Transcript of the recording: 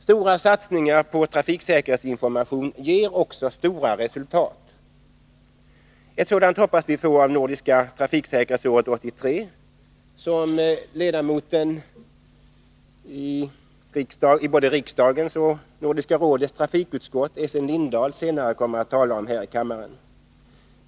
Stora satsningar på trafiksäkerhetsinformation ger också stora resultat. Ett sådant hoppas vi få av Nordiska trafiksäkerhetsåret 83, som ledamoten i både riksdagens och Nordiska rådets trafikutskott, Essen Lindahl, senare kommer att tala om här i kammaren.